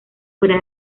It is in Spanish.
fuera